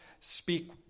Speak